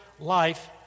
life